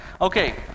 Okay